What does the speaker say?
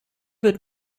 wird